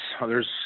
others